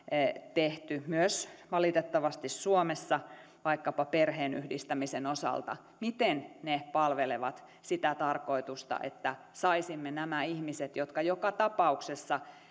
tehty myös valitettavasti suomessa vaikkapa perheenyhdistämisen osalta palvelevat sitä tarkoitusta että saisimme nämä ihmiset jotka joka tapauksessa